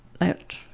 let